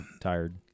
tired